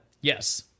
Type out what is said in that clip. Yes